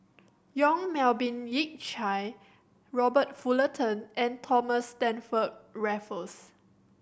Yong Melvin Yik Chye Robert Fullerton and Thomas Stamford Raffles